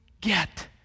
get